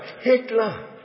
Hitler